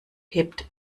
hebt